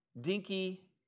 dinky